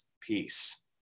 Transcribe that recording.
peace